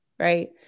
right